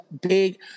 big